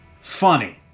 funny